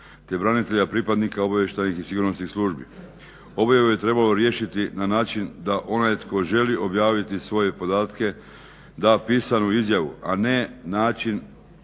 te branitelja pripadnika obavještajnih i sigurnosnih službi. Objave je trebalo riješiti na način da onaj tko želi objaviti svoje podatke da pisanu izjavu, a ne na